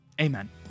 Amen